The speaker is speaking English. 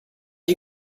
you